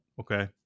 okay